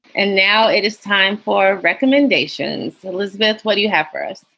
and now it is time for recommendations. elizabeth, what do you have for us?